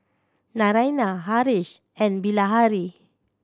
Naraina Haresh and Bilahari